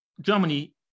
Germany